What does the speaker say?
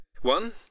One